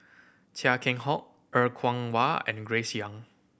Chia Keng Hock Er Kwong Wah and Grace Young